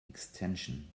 extension